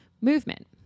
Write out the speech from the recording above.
movement